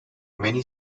many